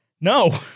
No